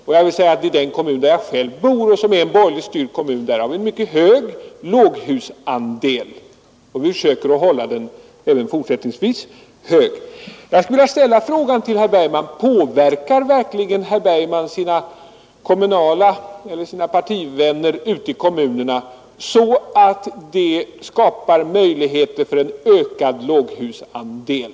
Jag vill dock säga att man i den borgerligt styrda kommun där jag själv bor har en mycket hög småhusandel och försöker att även fortsättningsvis hålla den på en hög nivå. Jag skulle vilja fråga herr Bergman: Påverkar herr Bergman verkligen sina partivänner ute i kommunerna så att de skapar möjligheter för en ökad småhusandel?